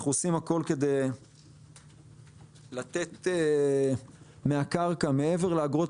אנחנו עושים הכול כדי לתת מהקרקע מעבר לאגרות